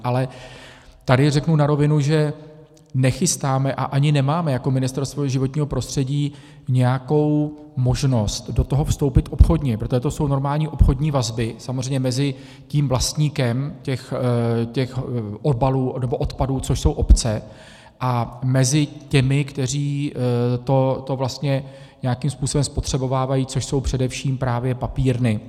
Ale tady řeknu na rovinu, že nechystáme a ani nemáme jako Ministerstvo životního prostředí nějakou možnost do toho vstoupit obchodně, protože to jsou normální obchodní vazby samozřejmě mezi tím vlastníkem těch odpadů, což jsou obce, a těmi, kteří to nějakým způsobem spotřebovávají, což jsou především právě papírny.